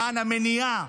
למען המניעה